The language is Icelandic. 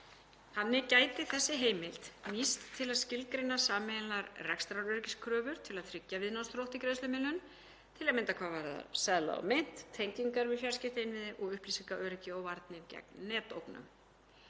Þannig gæti þessi heimild nýst til að skilgreina sameiginlegar rekstraröryggiskröfur til að tryggja viðnámsþrótt í greiðslumiðlun, til að mynda hvað varðar seðla og mynt, tengingar við fjarskiptainnviði og upplýsingaöryggi og varnir gegn netógnum.